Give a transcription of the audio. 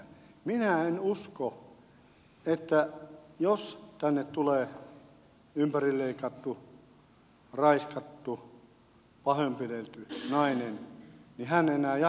minä en usko että jos tänne tulee ympärileikattu raiskattu pahoinpidelty nainen niin se enää jatkuu täällä